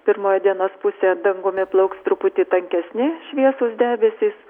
pirmoj dienos pusėje dangumi plauks truputį tankesni šviesūs debesys